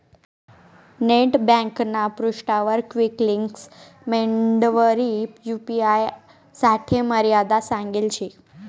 net ब्यांकना पृष्ठावर quick links मेंडवरी यू.पी.आय साठे मर्यादा सांगेल शे